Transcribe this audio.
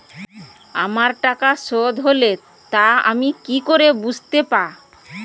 আমার টাকা শোধ হলে তা আমি কি করে বুঝতে পা?